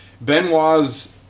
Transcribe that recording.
Benoit's